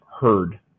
heard